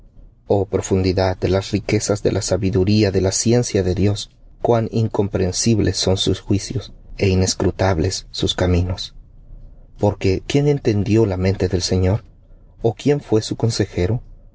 oh profundidad de las riquezas de la sabiduría y de la ciencia de dios cuán incomprensibles son sus juicios é inescrutables sus caminos porque quién entendió la mente del señor ó quién fué su consejero